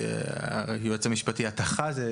שלום רב.